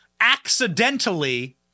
accidentally